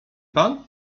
pan